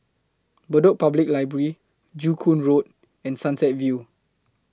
Bedok Public Library Joo Koon Road and Sunset View